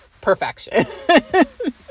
perfection